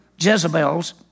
Jezebels